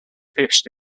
fished